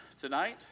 tonight